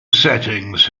settings